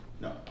No